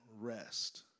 rest